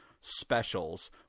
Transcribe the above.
specials